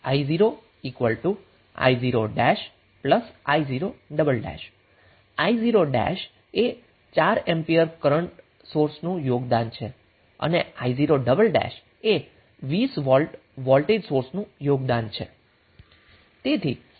તેથી તમે ભાગ કરશો i0 i0 i0 i0 એ 4 એમ્પીઅર કરન્ટ સોર્સનુ યોગદાન છે અને i0 એ 20 વોલ્ટ વોલ્ટેજ સોર્સનુ યોગદાન છે